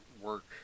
work